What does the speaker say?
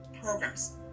programs